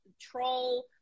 troll